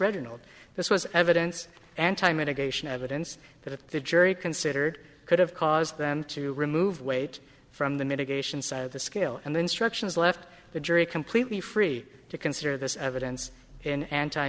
reginald this was evidence and time mitigation evidence that the jury considered could have caused them to remove weight from the mitigation side of the scale and then structures left the jury completely free to consider this evidence in anti